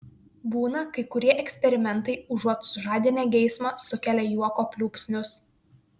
būna kai kurie eksperimentai užuot sužadinę geismą sukelia juoko pliūpsnius